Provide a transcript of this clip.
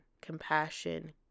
compassion